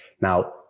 Now